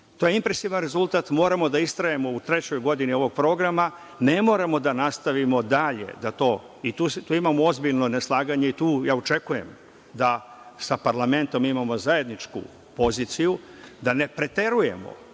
je impresivan rezultat. Moramo da istrajemo u trećoj godini ovog programa. Ne moramo da nastavimo dalje. Tu imamo ozbiljno neslaganje i tu očekujem da sa parlamentom imamo zajedničku poziciju, da ne preterujemo,